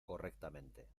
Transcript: correctamente